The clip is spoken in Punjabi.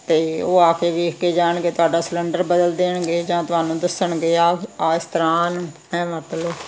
ਅਤੇ ਉਹ ਆ ਕੇ ਵੇਖ ਕੇ ਜਾਣਗੇ ਤੁਹਾਡਾ ਸਿਲੰਡਰ ਬਦਲ ਦੇਣਗੇ ਜਾਂ ਤੁਹਾਨੂੰ ਦੱਸਣਗੇ ਆਹ ਆਹ ਇਸ ਤਰ੍ਹਾਂ ਹੈ ਮਤਲਬ